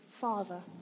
Father